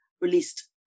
released